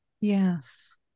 Yes